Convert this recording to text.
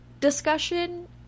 discussion